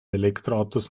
elektroautos